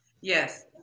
Yes